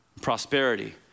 prosperity